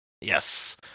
Yes